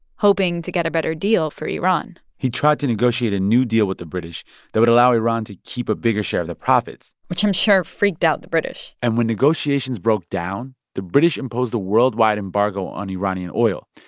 hoping to get a better deal for iran he tried to negotiate a new deal with the british that would allow iran to keep a bigger share of the profits which i'm sure freaked out the british and when negotiations broke down, the british imposed a worldwide embargo on iranian oil.